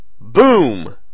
Boom